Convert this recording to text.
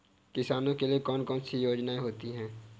किसानों के लिए कौन कौन सी योजनायें होती हैं?